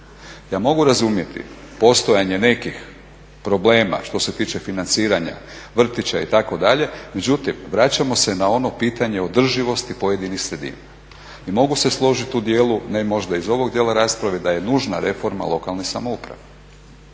Ja mogu razumjeti postojanje nekih problema što se tiče financiranja vrtića itd., međutim vraćamo se na ono pitanje održivosti pojedinih sredina. I mogu se složiti u dijelu, ne možda iz ovog dijela rasprave, da je nužna reforma lokalne samouprave.